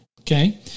Okay